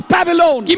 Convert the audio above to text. Babylon